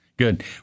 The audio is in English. Good